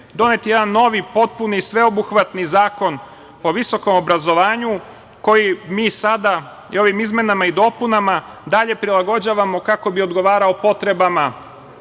donet je jedan novi, potpuni i sveobuhvatni Zakon o visokom obrazovanju, koji mi sada ovim izmenama i dopunama dalje prilagođavamo kako bi odgovarao potrebama